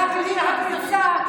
הכניסה,